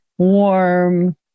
Warm